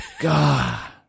God